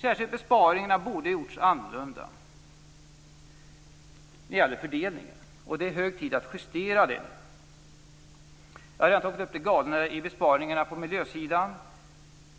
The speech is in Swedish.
särskilt besparingarna borde ha gjorts annorlunda när det gäller fördelningen, och det är hög tid att justera det nu. Jag har redan tagit upp det galna i besparingarna på miljösidan.